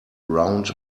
round